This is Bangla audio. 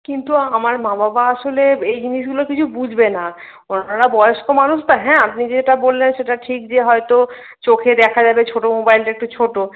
কিন্তু আমার মা বাবা আসলে এই জিনিসগুলো কিছু বুঝবে না ওনারা বয়স্ক মানুষ তো হ্যাঁ আপনি যেটা বললেন সেটা ঠিক যে হয়তো চোখে দেখা যাবে ছোটো মোবাইলটা একটু ছোটো